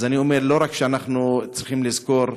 אז אני אומר, לא רק שאנחנו צריכים לזכור,